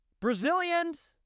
Brazilians